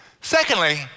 Secondly